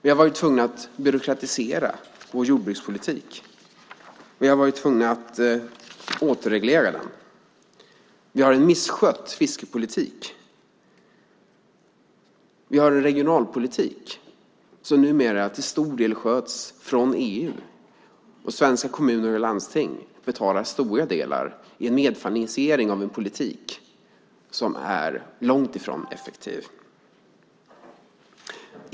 Vi har varit tvungna att byråkratisera vår jordbrukspolitik. Vi har varit tvungna att återreglera den. Vi har en misskött fiskepolitik. Vi har en regionalpolitik som numera till stora del sköts från EU. Svenska kommuner och landsting betalar stora delar i medfinansiering av en politik som är långt ifrån effektiv.